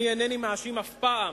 אני אינני מאשים אף פעם,